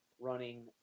running